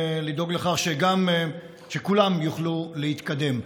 לדאוג לכך שכולם יוכלו להתקדם.